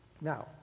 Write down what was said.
Now